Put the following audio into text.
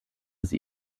sie